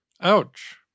Ouch